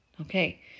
Okay